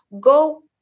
go